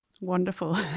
Wonderful